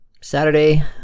Saturday